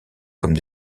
comme